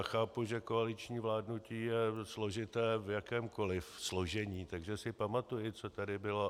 Chápu, že koaliční vládnutí je složité v jakémkoli složení, takže si pamatuji, co tady bylo.